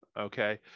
Okay